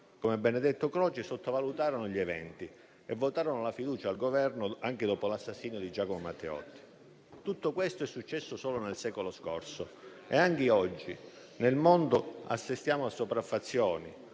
come Benedetto Croce, che sottovalutarono gli eventi e votarono la fiducia al Governo anche dopo l'assassinio di Giacomo Matteotti. Tutto questo è successo solo nel secolo scorso e anche oggi nel mondo assistiamo a sopraffazioni,